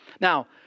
Now